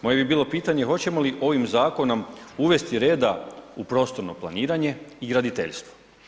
Moje bi bilo pitanje hoćemo li ovim zakonom uvesti reda u prostorno planiranje i graditeljstvo.